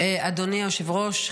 אדוני היושב-ראש,